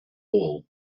all